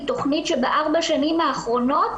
היא תוכנית שבארבע שנים האחרונות